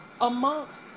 amongst